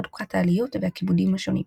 חלוקת העליות והכיבודים השונים.